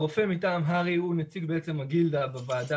הרופא מטעם הר"י הוא נציג הגילדה בוועדה,